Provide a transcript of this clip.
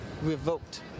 revoked